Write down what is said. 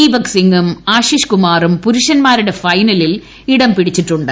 ദീപക്സിംഗും ആശിശ്കുമാറും പുരുഷന്മാരുടെ ഫൈനലിൽ ഇടം പിടിച്ചിട്ടുണ്ട്